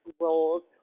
roles